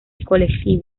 colectivo